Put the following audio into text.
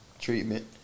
Treatment